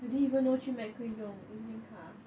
I didn't even know 去 Mac 可以用 EZ-link 卡